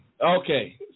Okay